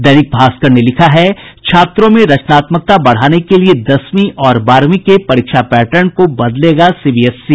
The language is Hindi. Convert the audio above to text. दैनिक भास्कर ने लिखा है छात्रों में रचनात्मकता बढ़ाने के लिए दसवीं और बारहवीं के परीक्षा पैटर्न को बदलेगा सीबीएससी